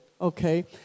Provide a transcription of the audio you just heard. Okay